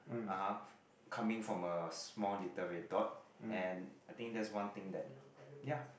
(uh huh) coming from a small little red dot and I think that's one thing that ya